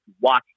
watch